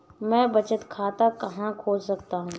मैं बचत खाता कहाँ खोल सकता हूँ?